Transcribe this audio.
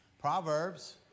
Proverbs